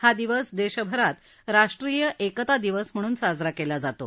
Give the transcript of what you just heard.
हा दिवस देशभरात राष्ट्रीय एकता दिवस म्हणून साजरा केला जातो